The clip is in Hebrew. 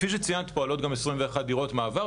כפי שציינת יש גם 21 דירות מעבר,